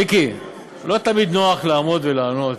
מיקי, לא תמיד נוח לעמוד ולענות,